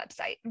website